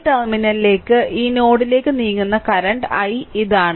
ഈ ടെർമിനലിലേക്ക് ഈ നോഡിലേക്ക് നീങ്ങുന്ന കറന്റ് i ഇതാണ്